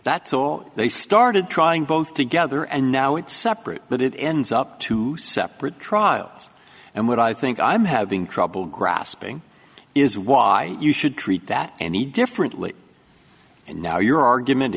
that's all they started trying both together and now it's separate that it ends up to separate trials and what i think i'm having trouble grasping is why you should treat that any differently and now your argument